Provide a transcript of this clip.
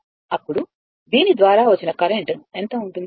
అప్పుడు దీని ద్వారా వచ్చిన కరెంట్ ఎంత ఉంటుంది